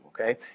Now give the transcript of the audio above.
okay